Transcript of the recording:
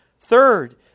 Third